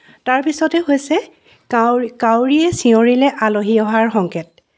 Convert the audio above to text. তাৰপিছতে হৈছে কাউ কাউৰীয়ে চিঞৰিলে আলহী অহাৰ সংকেত